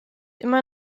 immer